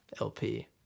LP